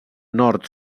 nord